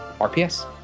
RPS